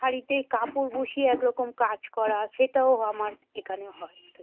শাড়িতে কাপড় বসিয়ে এক রকম কাজ করা সেটাও আমার এখানে হয় তো